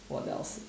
what else